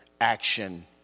action